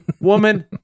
Woman